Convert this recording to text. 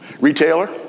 retailer